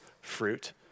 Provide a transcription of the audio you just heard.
fruit